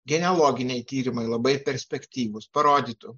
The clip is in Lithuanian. genealoginiai tyrimai labai perspektyvūs parodytų